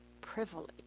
privilege